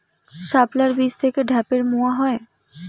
শাপলার বীজ থেকে ঢ্যাপের মোয়া হয়?